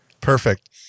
Perfect